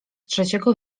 trzeciego